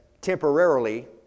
temporarily